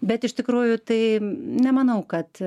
bet iš tikrųjų tai nemanau kad